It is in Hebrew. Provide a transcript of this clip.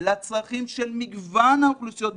לצרכים של מגוון האוכלוסיות בישראל.